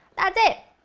that's it.